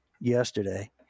yesterday